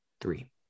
three